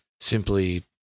simply